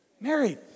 married